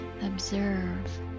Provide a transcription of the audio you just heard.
observe